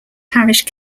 parish